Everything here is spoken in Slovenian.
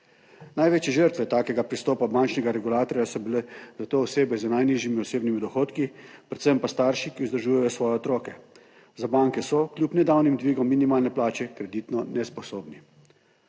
Največje žrtve takega pristopa bančnega regulatorja so bile zato osebe z najnižjimi osebnimi dohodki, predvsem pa starši, ki vzdržujejo svoje otroke. Za banke so kljub nedavnim dvigom minimalne plače kreditno nesposobni.